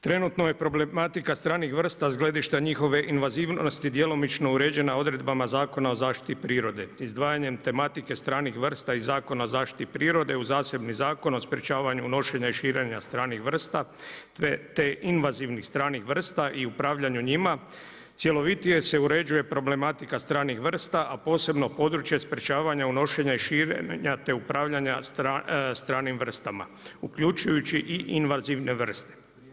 Trenutno je problematika stranih vrsta s gledišta njihove invazivnosti djelomično uređena odredbama Zakona o zaštiti prirode izdvajanjem tematike stranih vrsta i Zakona o zaštiti prirode u zasebni Zakon o sprečavanju unošenja i širenja stranih vrsta te invazivnih stranih vrsta i upravljanju njima, cjelovitije se uređuje problematika stranih vrsta a posebno područje sprečavanje unošenja i širenja te upravljanja stranim vrstama uključujući i invazivne vrste.